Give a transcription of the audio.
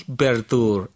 bertur